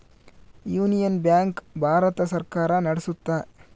union Bank Bharat ಸರ್ಕಾರ ನಡ್ಸುತ್ತ